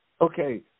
Okay